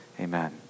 Amen